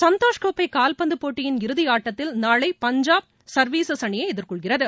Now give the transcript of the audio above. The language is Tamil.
சந்தோஷ் கோப்பை கால்பந்து போட்டியின் இறுதி ஆட்டத்தில் நாளை பஞ்சாப் சர்வீஸஸ் அணியை எதிர்கொள்கிறது